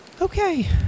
okay